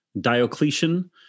Diocletian